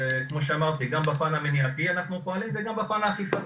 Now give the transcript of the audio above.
וכמו שאמרתי גם בפן המניעתי אנחנו פועלים וגם בפן האכיפתי.